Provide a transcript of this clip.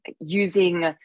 using